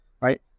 right